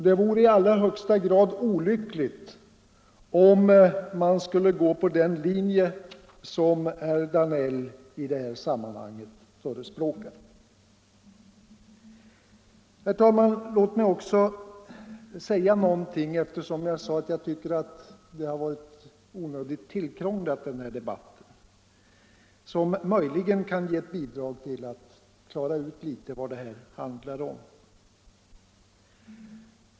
Det vore i allra högsta grad olyckligt om man skulle följa den linje som herr Danell förespråkade i detta sammanhang. Herr talman! Jag sade att den här debatten har varit onödigt tillkrånglad. Låt mig därför försöka lämna ett bidrag till att klara ut vad det handlar om.